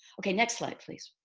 okay, next slide please.